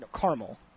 Caramel